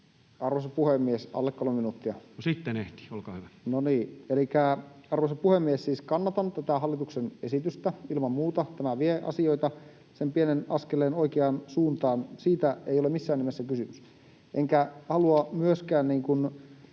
Arvoisa puhemies! Alle 3 minuuttia.] — No sitten ehtii, olkaa hyvä. Arvoisa puhemies! Siis kannatan tätä hallituksen esitystä ilman muuta. Tämä vie asioita sen pienen askeleen oikeaan suuntaan, siitä ei ole missään nimessä kysymys. Enkä halua myöskään